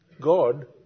God